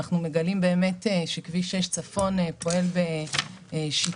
אנו מגלים שכביש 6 צפון פועל בשיטות